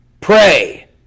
pray